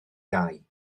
iau